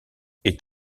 est